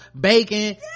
bacon